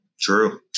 true